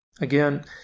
again